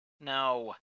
No